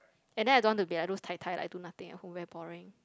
and then I don't want to be like those tai tai like do nothing at home very boring